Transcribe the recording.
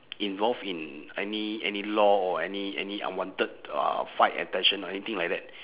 involved in any any law or any any unwanted uh fight attention or anything like that